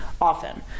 often